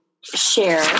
share